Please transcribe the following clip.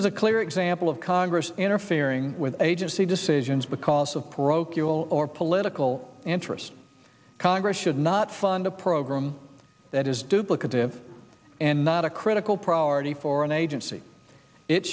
is a clear example of congress interfering with agency decisions because of parochial or political interest congress should not fund the program that is duplicative and not a critical priority for an agency it